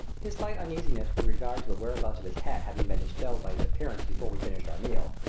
his slight uneasiness with regard to the whereabouts of his hat having been dispelled by its appearance before we finished our meal,